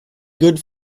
good